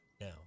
now